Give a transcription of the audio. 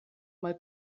mal